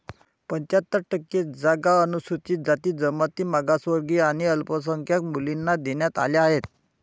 पंच्याहत्तर टक्के जागा अनुसूचित जाती, जमाती, मागासवर्गीय आणि अल्पसंख्याक मुलींना देण्यात आल्या आहेत